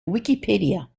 wikipédia